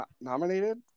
nominated